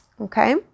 Okay